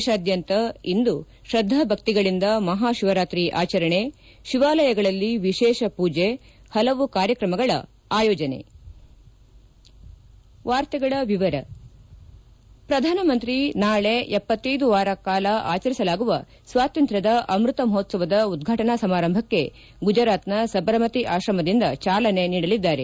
ದೇಶಾದ್ಯಂತ ಇಂದು ಶ್ರದ್ದಾ ಭಕ್ತಿಗಳಿಂದ ಮಹಾ ಶಿವರಾತ್ರಿ ಆಚರಣೆ ಶಿವಾಲಯಗಳಲ್ಲಿ ವಿಶೇಷ ಪೂಜೆ ಹಲವು ಕಾರ್ಯಕ್ರಮಗಳ ಆಯೋಜನೆ ಪ್ರಧಾನಮಂತ್ರಿ ನಾಳೆ ಎಪ್ಪತ್ತ್ವದು ವಾರಕಾಲ ಆಚರಿಸಲಾಗುವ ಸ್ವಾತಂತ್ರ್ವದ ಅಮೃತ ಮಹೋತ್ಸವದ ಉದ್ವಾಟನಾ ಸಮಾರಂಭಕ್ಕೆ ಗುಜರಾತ್ನ ಸಬರಮತಿ ಆಶ್ರಮದಿಂದ ಚಾಲನೆ ನೀಡಲಿದ್ದಾರೆ